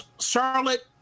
charlotte